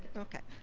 okay.